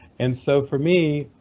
and so for me,